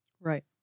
Right